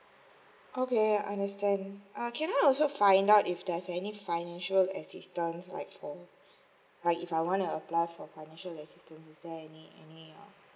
okay I understand uh can I also find out if there's any financial assistance like for lke if I wanna apply for assistance is there any any